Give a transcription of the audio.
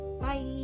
Bye